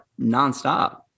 nonstop